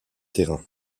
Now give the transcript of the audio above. terrain